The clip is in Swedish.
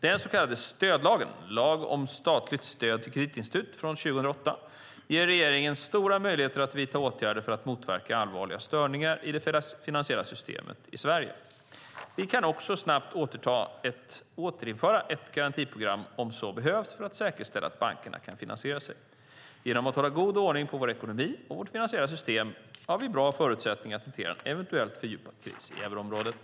Den så kallade stödlagen, lagen om statligt stöd till kreditinstitut, från 2008 ger regeringen stora möjligheter att vidta åtgärder för att motverka allvarliga störningar i det finansiella systemet i Sverige. Vi kan också snabbt återinföra ett garantiprogram om så behövs för att säkerställa att bankerna kan finansiera sig. Genom att hålla god ordning på vår ekonomi och vårt finansiella system har vi bra förutsättningar att hantera en eventuellt fördjupad kris i euroområdet.